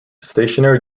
stationary